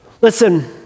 Listen